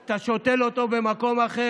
אתה בושה לכנסת,